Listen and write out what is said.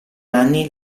anni